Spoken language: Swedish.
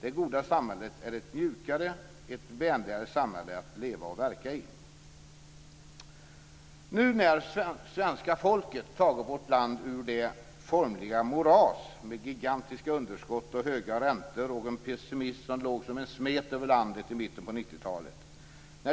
Det goda samhället är ett mjukare, ett vänligare samhälle att leva och verka i. Nu har svenska folket tagit vårt land ur det formliga moras av gigantiska underskott, höga räntor och en pessimism som låg som en smet över landet i mitten av 90-talet.